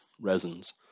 resins